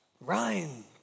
Ryan